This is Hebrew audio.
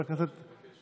אני רוצה, בבקשה.